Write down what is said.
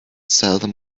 seldom